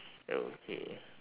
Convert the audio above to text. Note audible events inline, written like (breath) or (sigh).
(breath) okay